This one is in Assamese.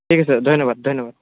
ঠিক আছে ধন্যবাদ ধন্যবাদ